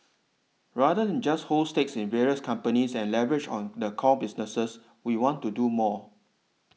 rather than just hold stakes in various companies and leverage on the core businesses we want to do more